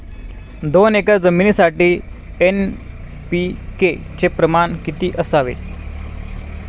दोन एकर जमिनीसाठी एन.पी.के चे प्रमाण किती असावे?